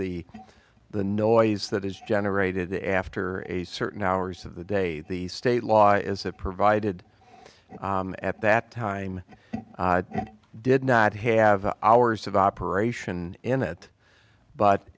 the the noise that is generated after a certain hours of the day the state law as it provided at that time did not have hours of operation in it but